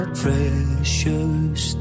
precious